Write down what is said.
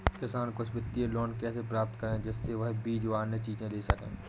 किसान कुछ वित्तीय लोन कैसे प्राप्त करें जिससे वह बीज व अन्य चीज ले सके?